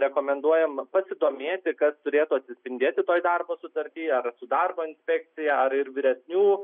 rekomenduojama pasidomėti kas turėtų atsispindėti toj darbo sutarty ar su darbo inspekcija ar ir vyresnių